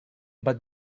but